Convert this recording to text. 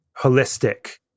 holistic